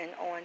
on